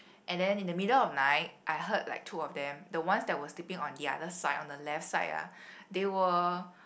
and then in the middle of the night I heard like two of them the ones that were sleeping on the other side on the left side ah they were